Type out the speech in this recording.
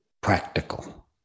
Practical